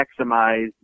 maximize